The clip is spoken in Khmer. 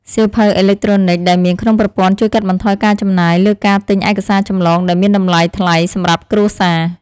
សៀវភៅអេឡិចត្រូនិចដែលមានក្នុងប្រព័ន្ធជួយកាត់បន្ថយការចំណាយលើការទិញឯកសារចម្លងដែលមានតម្លៃថ្លៃសម្រាប់គ្រួសារ។